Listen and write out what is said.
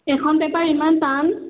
এখন পেপাৰ ইমান টান